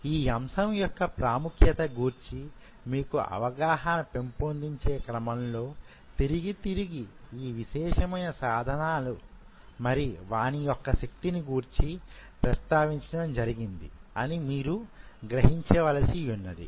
ఈ అంశము యొక్క ప్రాముఖ్యత గూర్చి మీకు అవగాహన పెంపొందించే క్రమం లో తిరిగి తిరిగి ఈ విశేషమైన సాధనలు మరి వాని యొక్క శక్తిని గూర్చి ప్రస్తావించడం జరిగింది అని మీరు గ్రహించవలసియున్నది